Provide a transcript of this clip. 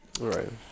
Right